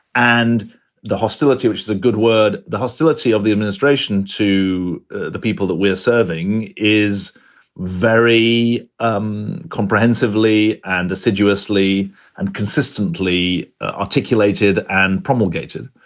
and the hostility, which is a good word. the hostility of the administration to the people that we're serving is very um comprehensively and assiduously and consistently articulated and promulgated.